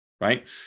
right